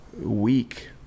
week